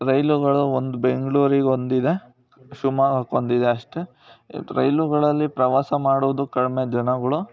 ರೈಲುಗಳು ಒಂದು ಬೆಂಗಳೂರಿಗೊಂದಿದೆ ಶಿವಮೊಗ್ಗಕ್ಕೊಂದಿದೆ ಅಷ್ಟೇ ರೈಲುಗಳಲ್ಲಿ ಪ್ರವಾಸ ಮಾಡುವುದು ಕಡಿಮೆ ಜನಗಳು